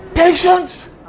patience